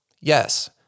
Yes